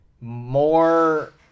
more